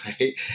right